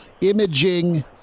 imaging